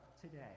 today